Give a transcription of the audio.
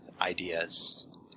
ideas